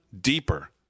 deeper